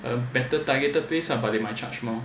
a better targeted place lah but they might charge more more